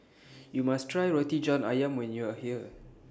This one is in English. YOU must Try Roti John Ayam when YOU Are here